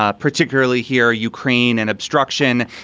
ah particularly here, ukraine and obstruction.